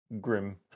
grim